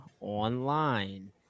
online